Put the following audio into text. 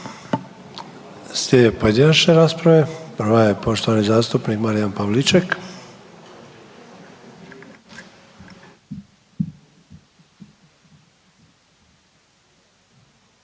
Slijede pojedinačne rasprave, prva je poštovani zastupnik Marijan Pavliček.